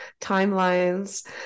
timelines